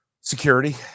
Security